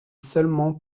seulement